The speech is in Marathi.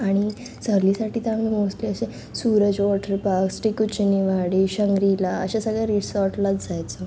आणि सहलीसाठी तर आम्ही मोस्टली असे सुरज वॉटरपार्कस टिकुजी नी वाडी शंग्रीला अशा सगळ्या रिसॉर्ट्सलाच जायचो